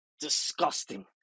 disgusting